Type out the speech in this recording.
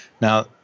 Now